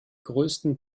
größten